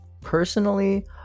Personally